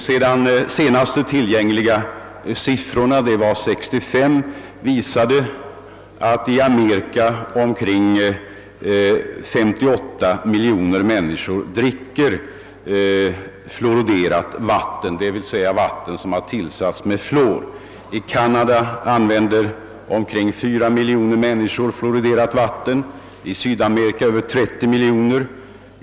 De senaste tillgängliga siffrorna — de gäller år 1965 — visar att i Amerika omkring 58 miljoner människor dricker fluoriderat vatten, d. v. s. vatten som tillsatts med fluor. I Kanada använder omkring 4 miljoner människor fluoriderat vatten och i Sydamerika över 30 miljoner.